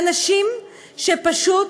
אנשים שפשוט